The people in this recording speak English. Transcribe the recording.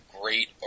great